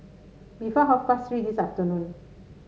before half past Three this afternoon